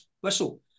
whistle